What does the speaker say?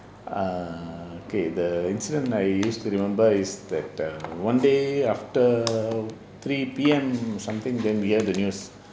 err okay the incident I used to remember is that err one day after three P_M something then we heard the news